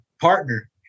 partner